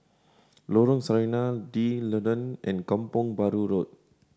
Lorong Sarina D'Leedon and Kampong Bahru Road